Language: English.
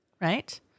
Right